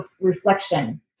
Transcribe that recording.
reflection